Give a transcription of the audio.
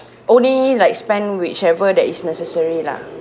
only like spend whichever that is necessary lah